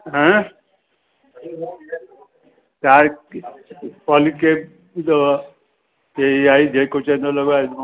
हं चार फ़ॉलीके इहा ई आए जेको चवंदा लॻाए ॾींदोमांव